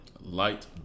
Light